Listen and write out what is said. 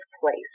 place